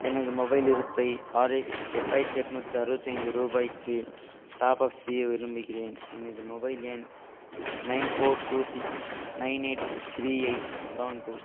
எனது மொபைல் இருப்பை ஆர்எஸ் எட்டாயிரத்தி எண்நூத்தி அறுபத்தைந்து ரூபாய்க்கு டாப்அப் செய்ய விரும்புகிறேன் எனது மொபைல் எண் nine four two six nine eight three eight seven two